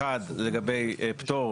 האחד לגבי פטור